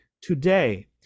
today